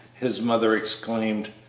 his mother exclaimed,